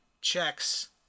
checks